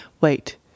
wait